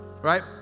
right